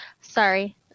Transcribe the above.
Sorry